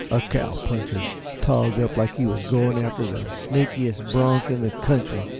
a cow-puncher togged up like he was going after the snakiest bronk in the country,